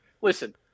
listen